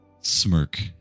smirk